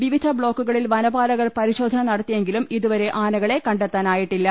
വിവിധ ബ്ലോക്കുകളിൽ വനപാലകർ പരിശോ ധന നടത്തിയെങ്കിലും ഇതുവരെ ആനകളെ കണ്ടെത്താനായിട്ടില്ല